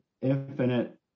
infinite